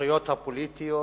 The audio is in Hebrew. הזכויות הפוליטיות,